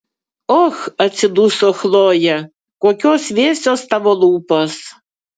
och atsiduso chlojė kokios vėsios tavo lūpos